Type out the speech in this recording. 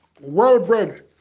well-bred